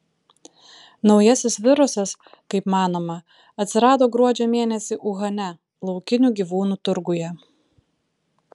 naujasis virusas kaip manoma atsirado gruodžio mėnesį uhane laukinių gyvūnų turguje